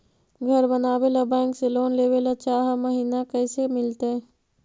घर बनावे ल बैंक से लोन लेवे ल चाह महिना कैसे मिलतई?